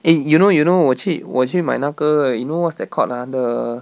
eh you know you know 我去我去买那个 you know what's that called ah the